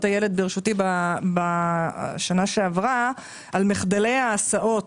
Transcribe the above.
הילד בראשותי בשנה שעברה על מחדלי ההסעות